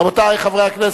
רבותי חברי הכנסת,